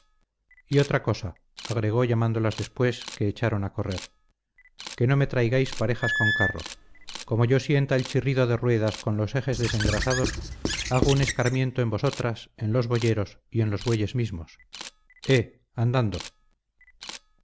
y otra cosa agregó llamándolas después que echaron a correr que no me traigáis parejas con carro como yo sienta el chirrido de ruedas con los ejes desengrasados hago un escarmiento en vosotras en los boyeros y en los bueyes mismos eh andando